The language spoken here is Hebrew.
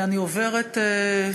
אני עוברת,